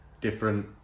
different